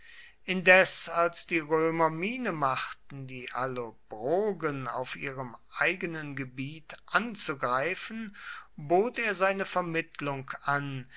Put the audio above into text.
indes als die römer miene machten die allobrogen auf ihrem eigenen gebiet anzugreifen bot er seine vermittlung an